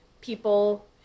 people